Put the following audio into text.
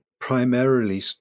primarily